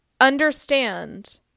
understand